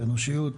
אנושיות,